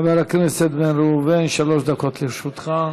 חבר הכנסת בן ראובן, שלוש דקות לרשותך.